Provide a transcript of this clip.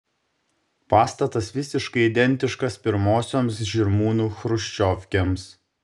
pastatas visiškai identiškas pirmosioms žirmūnų chruščiovkėms